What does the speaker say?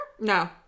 No